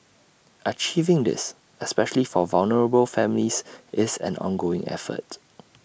achieving this especially for vulnerable families is an ongoing effort